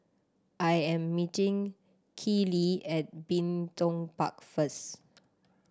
I am meeting Keeley at Bin Tong Park first